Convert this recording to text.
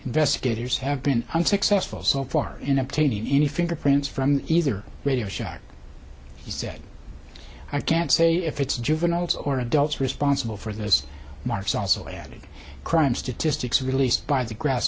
investigators have been unsuccessful so far in obtaining any fingerprints from either radio shack he said i can't say if it's juveniles or adults responsible for those marks also added crime statistics released by the grass